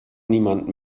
niemand